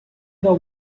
the